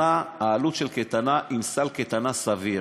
העלות של קייטנה עם סל קייטנה סביר,